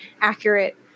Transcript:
accurate